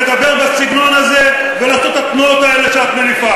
לדבר בסגנון הזה ולעשות את התנועות האלה כשאת מניפה,